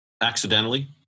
accidentally